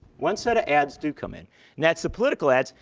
one set of ads do come in. and that's the political ads.